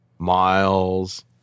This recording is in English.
miles